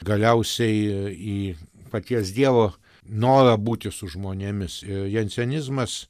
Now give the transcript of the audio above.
galiausiai į paties dievo norą būti su žmonėmis jam sionizmas